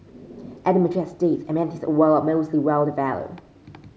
at the mature estates amenities are well well developed